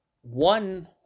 one